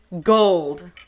gold